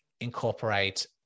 incorporate